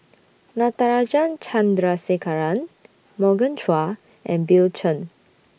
Natarajan Chandrasekaran Morgan Chua and Bill Chen